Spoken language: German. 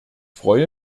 freue